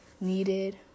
needed